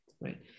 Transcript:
right